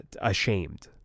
ashamed